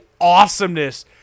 awesomeness